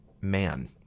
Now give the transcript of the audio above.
man